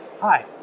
Hi